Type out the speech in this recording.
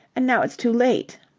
and now it's too late.